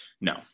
No